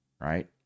right